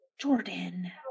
Jordan